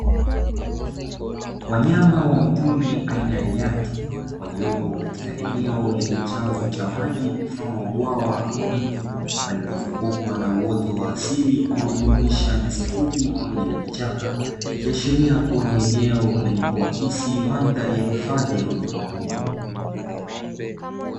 Wanyama wa mwituni aina ya nyati, waliopo katika eneo lenye chanzo cha maji mfano wa bwawa ama mto, palipozungukwa na uoto wa asili unaojumuisha nyasi fupi pamoja na vichaka, ikiashiria kuwa ni eneo lenye kuakisi madhari ya hifadhi ya wanyama pori.